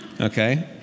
okay